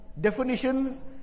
definitions